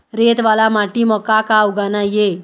रेत वाला माटी म का का उगाना ये?